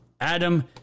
Adam